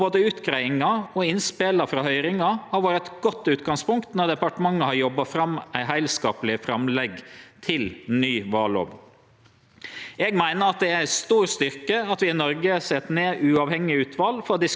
Eg meiner det er ein stor styrke at vi i Noreg set ned uavhengige utval for å diskutere desse spørsmåla. At vi har hatt ein open og brei diskusjon av desse heilt sentrale spørsmåla, er ein verdi i seg sjølv.